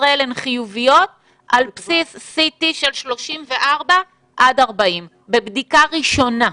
ישראל הן חיוביות על בסיס CT של 34 עד 40 בבדיקה ראשונה.